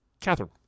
Catherine